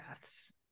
deaths